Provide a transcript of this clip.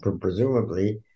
presumably